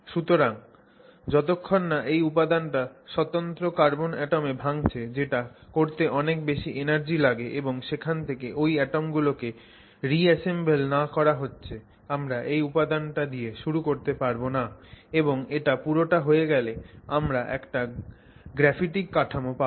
সুতরাং যতক্ষণ না এই উপাদানটা স্বতন্ত্র কার্বন অ্যাটমে ভাঙছে যেটা করতে অনেক বেশি এনার্জি লাগে এবং সেখান থেকে ওই অ্যাটম গুলোকে রিঅ্যাসেম্বল না করা হচ্ছে আমরা এই উপাদানটা দিয়ে শুরু করতে পারবো না এবং এটা পুরোটা হয়ে গেলে আমরা একটা গ্রাফিটিক কাঠামো পাবো